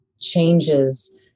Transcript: changes